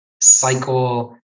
cycle